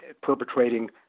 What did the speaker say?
perpetrating